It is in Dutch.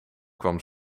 kwam